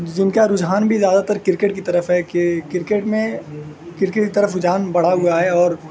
جن کا رجحان بھی زیادہ تر کرکٹ کی طرف ہے کہ کرکٹ میں کرکٹ کی طرف رجحان بڑا ہوا ہے اور